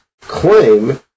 claim